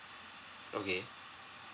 okay